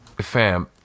Fam